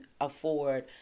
afford